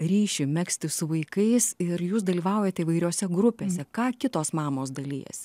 ryšį megzti su vaikais ir jūs dalyvaujate įvairiose grupėse ką kitos mamos dalijasi